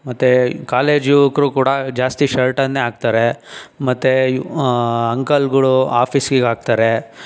ಮತ್ತೆ ಕಾಲೇಜ್ ಯುವಕರು ಕೂಡ ಜಾಸ್ತಿ ಶರ್ಟನ್ನೇ ಹಾಕ್ತಾರೆ ಮತ್ತೆ ಇವ್ ಅಂಕಲ್ಗಳು ಆಫೀಸಿಗೆ ಹಾಕ್ತಾರೆ